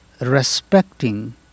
respecting